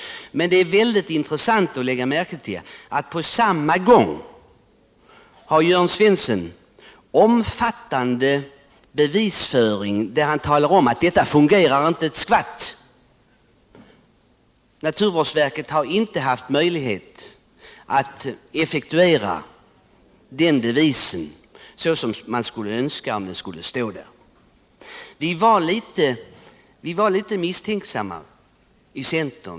Men det är intressant att lägga märke till att Jörn Svensson samtidigt med en omfattande bevisföring visat att den inte fungerar ett skvatt! Naturvårdsverket har inte haft möjlighet att leva upp till den devisen så som man skulle önska om den skall stå där. Vi var i centern litet misstänksamma.